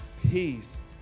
peace